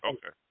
Okay